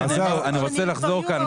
אני